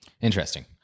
Interesting